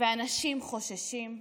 ואנשים חוששים,